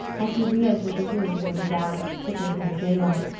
as he re-entered the room, where the gas sickened in the daylight,